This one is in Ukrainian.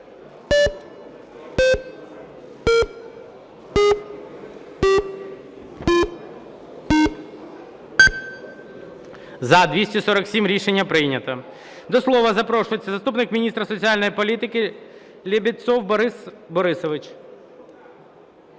За-247 Рішення прийнято. До слова запрошується заступник міністра соціальної політики Лебедцов Борис